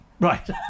Right